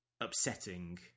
upsetting